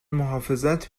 محافظت